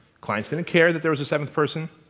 client's didn't care that there was a seventh person.